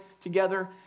together